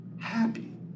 happy